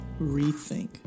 rethink